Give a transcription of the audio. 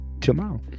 tomorrow